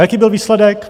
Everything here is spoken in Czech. Jaký byl výsledek?